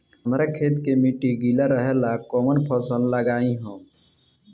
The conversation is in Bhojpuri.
हमरा खेत के मिट्टी गीला रहेला कवन फसल लगाई हम?